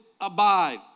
abide